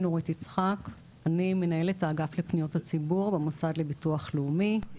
אני מנהלת האגף לפניות הציבור במוסד לביטוח לאומי,